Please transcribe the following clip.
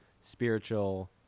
spiritual